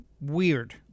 weird